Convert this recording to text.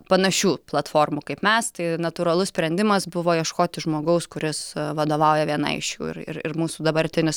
panašių platformų kaip mes tai natūralus sprendimas buvo ieškoti žmogaus kuris vadovauja vienai iš jų ir ir mūsų dabartinis